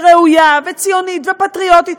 ראויה, ציונית ופטריוטית,